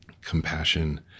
compassion